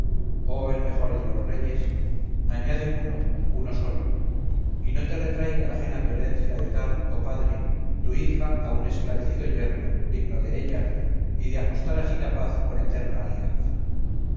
oh el mejor de los reyes añade uno uno solo y no te retraiga ajena violencia de dar oh padre tu hija a un esclarecido yerno digno de ella y de ajustar así la paz con eterna alianza